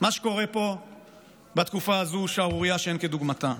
מה שקורה פה בתקופה הזאת, שערורייה שאין כדוגמתה.